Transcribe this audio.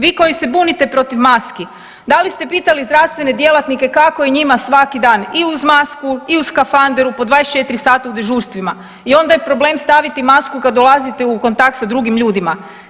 Vi koji se bunite protiv maski, da li ste pitali zdravstvene djelatnike kako je njima svaki dan i uz masku, i u skafanderu po 24 sata u dežurstvima i onda je problem staviti masku kad dolazite u kontakt sa drugim ljudima.